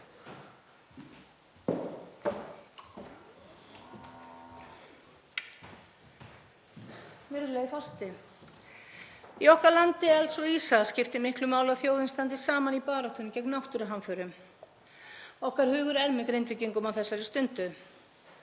Virðulegur forseti. Í okkar landi elds og ísa skiptir miklu máli að þjóðin standi saman í baráttunni gegn náttúruhamförum. Okkar hugur er með Grindvíkingum á þessari stundu.